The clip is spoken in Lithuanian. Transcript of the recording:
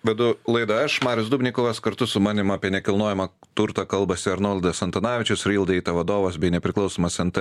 vedu laidą aš marius dubnikovas kartu su manim apie nekilnojamą turtą kalbasi arnoldas antanavičius rildeita vadovas bei nepriklausomas en t